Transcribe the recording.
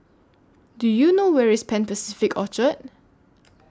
Do YOU know Where IS Pan Pacific Orchard